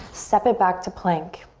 step it back to plank.